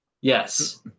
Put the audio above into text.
Yes